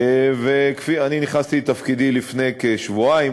נכנסתי לתפקידי לפני כשבועיים,